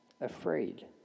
afraid